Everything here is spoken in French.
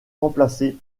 remplacé